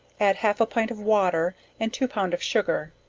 add half a pint of water and two pound of sugar,